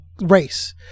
race